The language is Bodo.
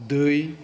दै